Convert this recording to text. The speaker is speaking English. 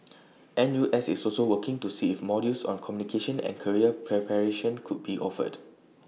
N U S is also working to see if modules on communication and career preparation could be offered